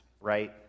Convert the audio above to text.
right